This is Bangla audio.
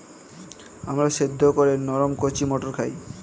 আমরা সেদ্ধ করে নরম কচি মটর খাই